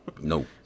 No